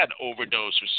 overdose